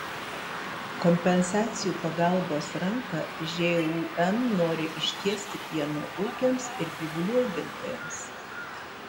kompensacijų pagalbos ranką žūm nori ištiesti pieno ūkiams ir gyvulių augintojams